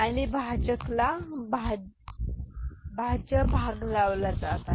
आणि भाजक ला भाज्य भाग लावला जात आहे